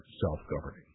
self-governing